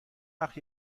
وقت